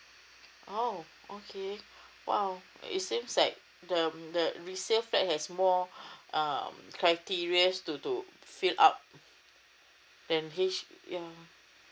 oh okay !wow! it seems like the um the the resale flat have more um criteria's to to fill up then h~ ya